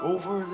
Over